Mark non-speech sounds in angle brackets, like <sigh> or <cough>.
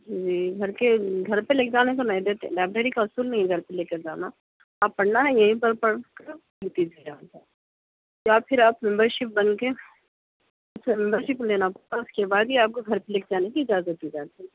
جی گھر کے گھر پہ لے کے آنے کو نہیں دیتے لائبریری کا اصول نہیں گھر پہ لے کر جانا آپ پڑھنا ہے یہیں پر پڑھ کر <unintelligible> یا پھر آپ ممبر شپ بن کے ممبر شپ لینا پڑتا اس کے بعد ہی آپ کو گھر پہ لے کے جانے کی اجازت دی جاتی ہے